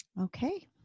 Okay